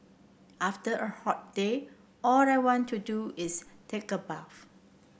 after a hot day all I want to do is take a bath